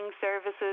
services